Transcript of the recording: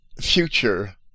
future